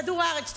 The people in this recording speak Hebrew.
כדור הארץ,